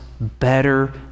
better